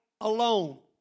alone